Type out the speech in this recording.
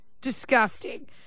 Disgusting